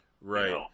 right